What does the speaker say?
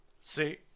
See